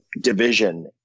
division